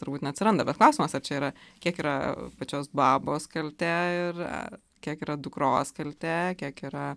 turbūt neatsiranda bet klausimas ar čia yra kiek yra pačios babos kaltė ir kiek yra dukros kaltė kiek yra